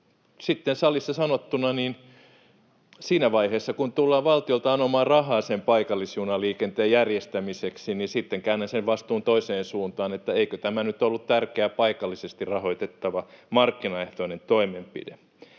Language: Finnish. sitten salissa sanottuna, niin siinä vaiheessa, kun tullaan valtiolta anomaan rahaa sen paikallisjunaliikenteen järjestämiseksi, käännän sen vastuun toiseen suuntaan: eikö tämä nyt ollut tärkeä paikallisesti rahoitettava, markkinaehtoinen toimenpide?